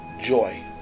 joy